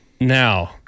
now